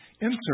insert